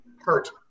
hurt